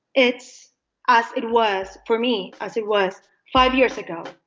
it's us. it was for me as it was five years ago.